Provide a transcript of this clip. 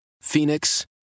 Phoenix